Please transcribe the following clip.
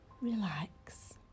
Relax